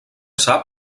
sap